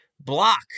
block